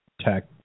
tech